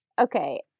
Okay